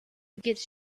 gets